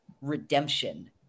redemption